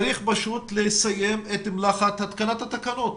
צריך לסיים את מלאכת התקנת התקנות.